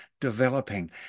developing